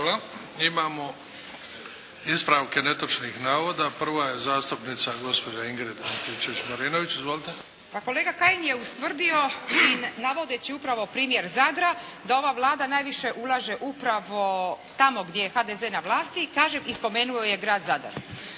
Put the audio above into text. Imamo ispravke netočnih navoda. Prva je zastupnica gospođa Ingrid Antičević-Marinović. Izvolite. **Antičević Marinović, Ingrid (SDP)** Pa kolega Kajin je ustvrdio i navodeći upravo primjer Zadra da ova Vlada najviše ulaže upravo tamo gdje je HDZ na vlasti kažem i spomenuo je grad Zadar.